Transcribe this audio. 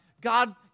God